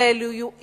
אלא גם לאיומים